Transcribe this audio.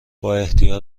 بااحتیاط